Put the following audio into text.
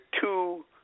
two